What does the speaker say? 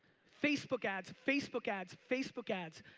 facebook ads, facebook ads, facebook ads.